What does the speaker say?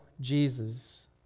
Jesus